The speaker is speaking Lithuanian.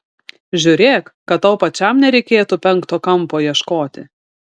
žiūrėk kad tau pačiam nereikėtų penkto kampo ieškoti